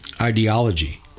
ideology